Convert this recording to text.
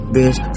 Bitch